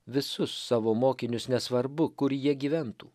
visus savo mokinius nesvarbu kur jie gyventų